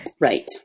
Right